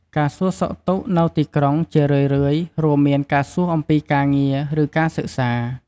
ការសួរសុខទុក្ខនៅទីក្រុង ជារឿយៗ រួមមានការសួរអំពីការងារ ឬការសិក្សា។